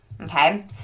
Okay